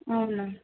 అవునా